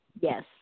Yes